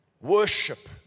Worship